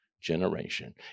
generation